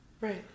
Right